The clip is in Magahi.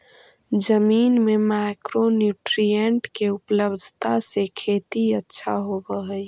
जमीन में माइक्रो न्यूट्रीएंट के उपलब्धता से खेती अच्छा होब हई